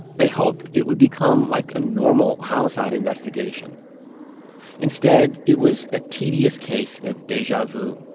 they hoped it would become like a normal homicide investigation instead it was a tedious case of deja-vu.